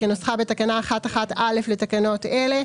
כנוסחה בתקנה 1(1)(א) לתקנות אלה,